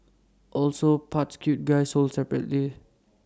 also parts cute guy sold separately